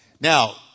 Now